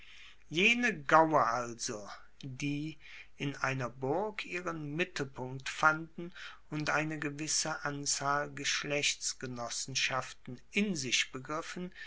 jene gaue also die in einer burg ihren mittelpunkt fanden und eine gewisse anzahl geschlechtsgenossenschaften in sich begriffen